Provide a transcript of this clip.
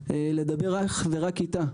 לדבר אך ורק איתה.